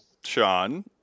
Sean